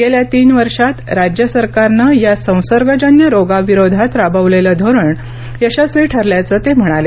गेल्या तीन वर्षात राज्य सरकारनं या संसर्गजन्य रोगाविरोधात राबवलेलं धोरण यशस्वी ठरल्याचं ते म्हणाले